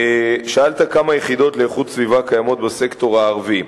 שאלת כמה יחידות לאיכות סביבה קיימות בסקטור הערבי.